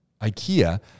IKEA